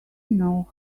know